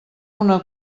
una